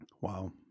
Wow